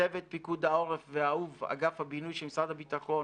צוות פיקוד העורף ואהו"ב אגף הבינוי של משרד הביטחון